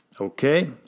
Okay